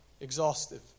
exhaustive